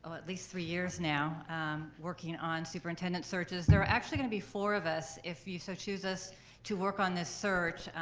ah at least three years now working on superintendent searches. there are actually gonna be four of us if you so choose us to work on this search.